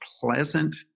pleasant